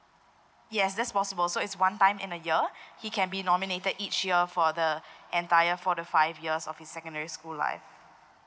yes that's possible so it's one time in a year he can be nominated each year for the entire for the five years of his secondary school life